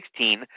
2016